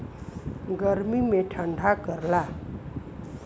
गर्मी मे ठंडा करला